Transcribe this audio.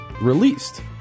released